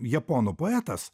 japonų poetas